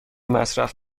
مصرف